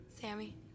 Sammy